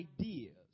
ideas